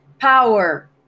power